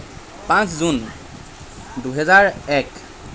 পাঁচ জুন দুহেজাৰ এক